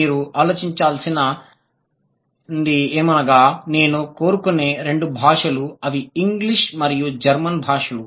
మీరు ఆలోచించాలని నేను కోరుకునే రెండు భాషలు అవి ఇంగ్లీష్ మరియు జర్మన్ భాషలు